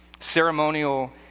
ceremonial